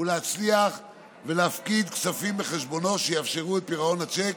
ולהצליח להפקיד כספים בחשבונו שיאפשרו את פירעון הצ'ק,